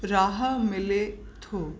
राह मिले थो